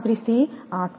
35 થી 8